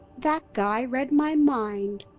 that guy read my mind!